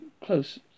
close